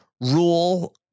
rule